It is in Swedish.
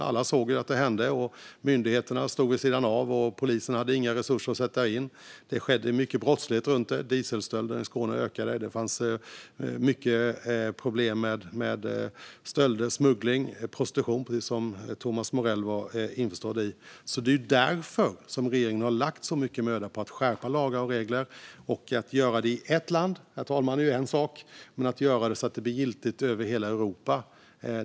Alla såg att det hände. Myndigheterna stod vid sidan av, och polisen hade inga resurser att sätta in. Det skedde mycket brottslighet runt omkring. Dieselstölderna i Skåne ökade. Det fanns mycket problem med stölder, smuggling och prostitution, som Thomas Morell är införstådd i. Det är därför regeringen har lagt så mycket möda på att skärpa lagar och regler. Det är en sak att göra det i ett land, herr talman, en annan sak att göra det så att det blir giltigt över hela Europa.